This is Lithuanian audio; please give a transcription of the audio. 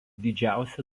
didžiausia